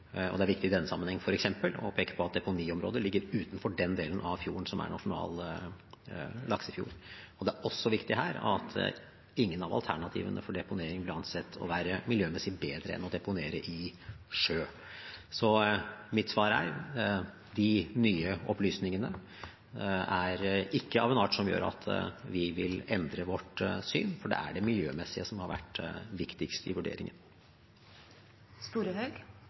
Det er viktig i denne sammenhengen å peke på at deponiområdet ligger utenfor den delen av fjorden som er nasjonal laksefjord. Det er også viktig at ingen av alternativene for deponering ble ansett å være miljømessig bedre enn å deponere i sjø. Så mitt svar er at de nye opplysningene ikke er av en art som gjør at vi vil endre vårt syn, for det er det miljømessige som har vært viktigst i